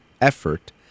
effort